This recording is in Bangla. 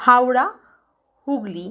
হাওড়া হুগলি